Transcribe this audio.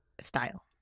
style